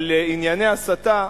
על ענייני הסתה,